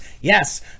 yes